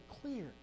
clear